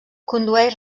condueix